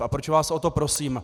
A proč vás o to prosím?